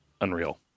unreal